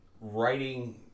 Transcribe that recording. writing